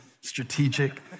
strategic